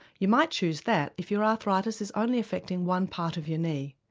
you might choose that if your arthritis is only affecting one part of your knee.